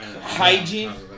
Hygiene